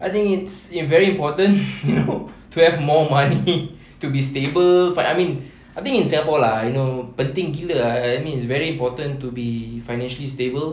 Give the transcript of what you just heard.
I think it's very important you know to have more money to be stable I mean I think in singapore lah you know penting gila I I mean it's very important to be financially stable